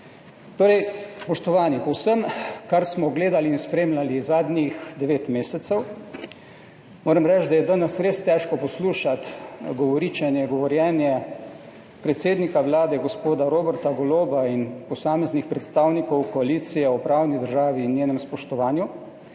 Spoštovani, po vsem, kar smo gledali in spremljali zadnjih devet mesecev, moram reči, da je danes res težko poslušati govoričenje, govorjenje predsednika Vlade gospoda Roberta Goloba in posameznih predstavnikov koalicije o pravni državi in njenem spoštovanju.